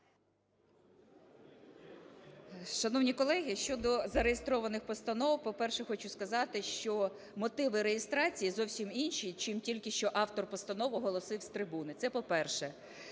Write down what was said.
Шановні колеги! Щодо зареєстрованих постанов, по-перше, хочу сказати, що мотиви реєстрації зовсім інші, чим тільки що автор постанови оголосив з трибуни. Це, по-перше.